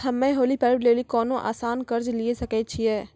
हम्मय होली पर्व लेली कोनो आसान कर्ज लिये सकय छियै?